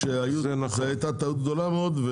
שהייתה טעות גדולה מאוד.